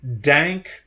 dank